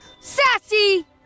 Sassy